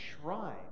Shrine